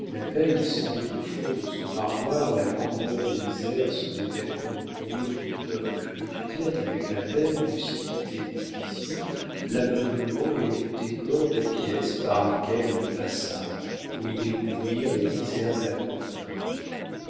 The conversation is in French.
la veille sondaient au fond de son parloir la grandeur des misères sous les vêtements boueux du peuple étudièrent avec la même lucidité de vision l'ameublement et le décor des pièces par lesquelles il passa pour y découvrir les misères de la grandeur